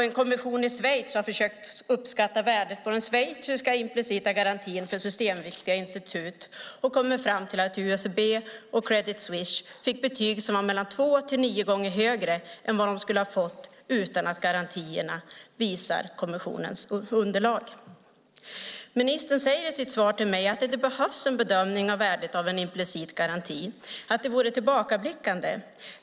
En kommission i Schweiz har försökt uppskatta värdet på den schweiziska implicita garantin för systemviktiga institut och kommit fram till att USB och Credit Suisse fick betyg som var mellan två och nio gånger högre än vad de skulle ha fått utan garantierna. Det visar kommissionens underlag. Ministern säger i sitt svar till mig att det inte behövs en bedömning av värdet av en implicit garanti, att det vore tillbakablickande.